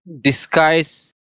disguise